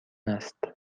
است